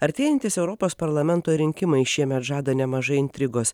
artėjantys europos parlamento rinkimai šiemet žada nemažai intrigos